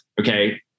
Okay